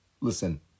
Listen